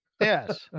Yes